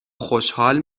خوشحال